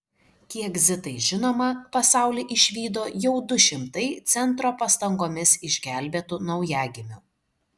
kiek zitai žinoma pasaulį išvydo jau du šimtai centro pastangomis išgelbėtų naujagimių